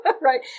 Right